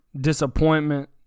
disappointment